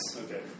Okay